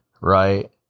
right